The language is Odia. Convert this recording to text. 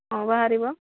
ହଁ ବାହାରିବ